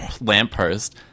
lamppost